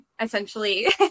essentially